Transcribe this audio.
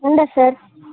ఉండదు సార్